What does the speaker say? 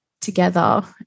together